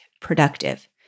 productive